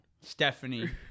Stephanie